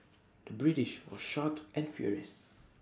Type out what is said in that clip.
the British was shocked and furious